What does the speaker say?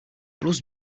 plus